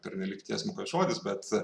pernelyg tiesmukas žodis bet